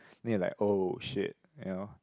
then you're like oh shit you know